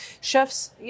Chefs